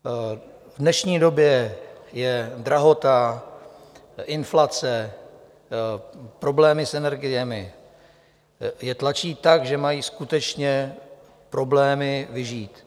V dnešní době drahota, inflace, problémy s energiemi je tlačí tak, že mají skutečně problémy vyžít.